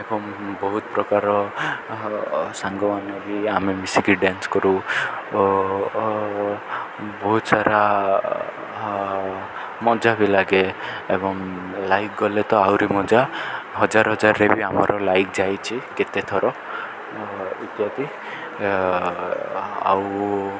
ଏବଂ ବହୁତ ପ୍ରକାର ସାଙ୍ଗମାନେ ବି ଆମେ ମିଶିକି ଡ୍ୟାନ୍ସ କରୁ ବହୁତ ସାରା ମଜା ବି ଲାଗେ ଏବଂ ଲାଇକ୍ ଗଲେ ତ ଆହୁରି ମଜା ହଜାର ହଜାରରେ ବି ଆମର ଲାଇକ୍ ଯାଇଛି କେତେଥର ଇତ୍ୟାଦି ଆଉ